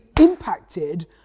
impacted